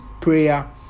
prayer